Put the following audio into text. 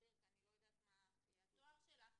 כי לטענתך,